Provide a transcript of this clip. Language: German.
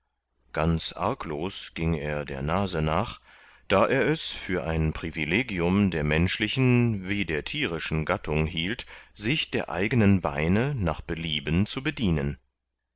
ganz arglos ging er der nase nach da er es für ein privilegium der menschlichen wie der thierischen gattung hielt sich der eignen beine nach belieben zu bedienen